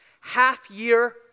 half-year